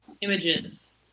images